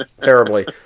terribly